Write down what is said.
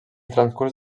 transcurs